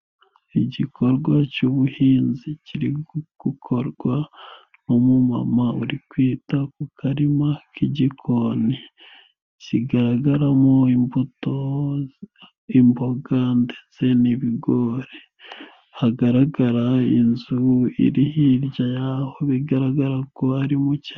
Igikorwa cy'ubuhinzi kiri gukorwa n'umuma, uri kwita ku karima k'igikoni, kigaragaramo imbuto, imboga ndetse n'ibigori, hagaragara inzu iri hirya yaho, bigaragara ko ari mu cyaro.